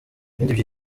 ibindi